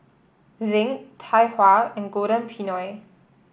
Zinc Tai Hua and Golden Peony